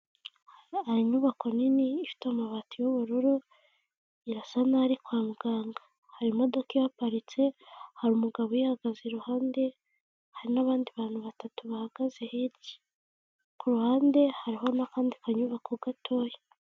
Hari inyubako nini ifite amabati y'ubururu irasa nkaho ari kwa muganga, hari imodoka ihaparitse, hari umugabo uyihagaze iruhande, hari n'abandi bantu batatu bahagaze hirya. Ku ruhande hariho n'akandi kanyubako gatoya.